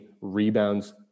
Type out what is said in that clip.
rebounds